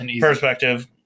perspective